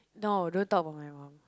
no don't talk about my mum